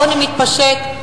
העוני מתפשט,